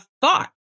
thought